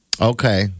Okay